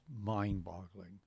mind-boggling